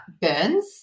burns